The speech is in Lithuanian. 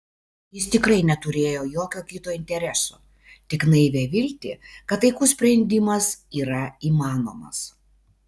jis tikrai neturėjo jokio kito intereso tik naivią viltį kad taikus sprendimas yra įmanomas